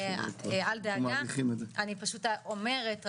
אני רק אומרת,